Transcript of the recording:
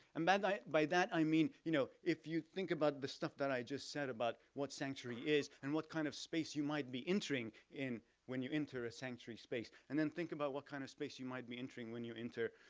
and by that i mean, you know, if you think about the stuff that i just said about what sanctuary is and what kind of space you might be entering in when you enter a sanctuary space, and then, think about what kind of space you might be entering when you enter,